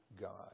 God